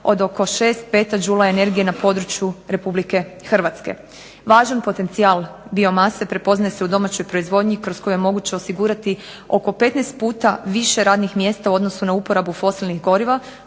od oko 6 peta đula energije na području Republike Hrvatske. Važan potencijal biomase prepoznaje se u domaćoj proizvodnji kroz koje je moguće osigurati oko 15 puta više radnih mjesta u odnosu na uporabu fosilnih goriva,